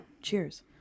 cheers